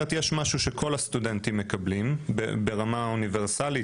משהו שכל הסטודנטים מקבלים ברמה אוניברסלית,